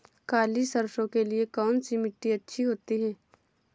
काली सरसो के लिए कौन सी मिट्टी अच्छी होती है?